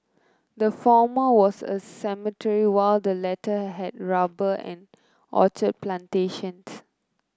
the former was a cemetery while the latter had rubber and orchard plantations